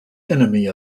enemy